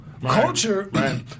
Culture